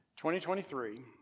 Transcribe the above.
2023